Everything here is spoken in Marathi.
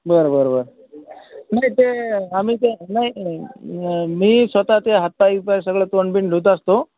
बरं बरं बरं नाही ते आम्ही ते नाही मी स्वतःचे हातपाय त्पाय सगळं तोंड बींड धुत असतो